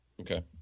Okay